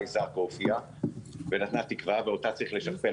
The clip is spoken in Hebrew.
זנקו הופיעה ונתנה תקווה ואותה צריך לשכפל.